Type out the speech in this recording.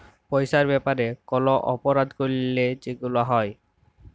পইসার ব্যাপারে কল অপরাধ ক্যইরলে যেগুলা হ্যয়